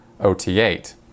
OT8